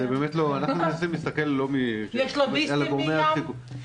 יש לוביסטים לים?